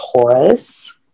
Taurus